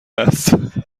است